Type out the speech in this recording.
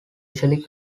usually